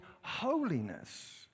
holiness